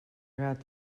gat